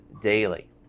daily